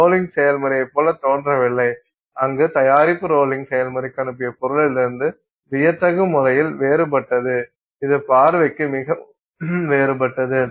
rolling செயல்முறையை போல இது தோன்றவில்லை அங்கு தயாரிப்பு ரோலிங் செயல்முறைக்கு அனுப்பிய பொருளிலிருந்து வியத்தகு முறையில் வேறுபட்டது இது பார்வைக்கு மிகவும் வேறுபட்டது